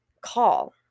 Call